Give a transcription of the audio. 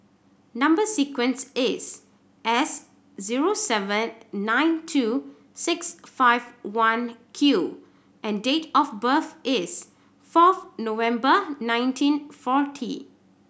number sequence is S zero seven nine two six five one Q and date of birth is fourth November nineteen forty